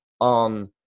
on